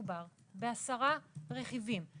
מדובר ב-10 רכיבים.